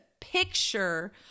picture